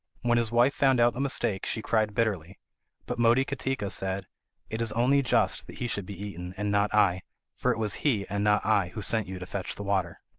when his wife found out the mistake, she cried bitterly but motikatika said it is only just that he should be eaten, and not i for it was he, and not i, who sent you to fetch the water